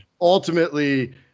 ultimately